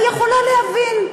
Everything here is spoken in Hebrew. אני יכולה להבין.